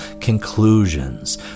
conclusions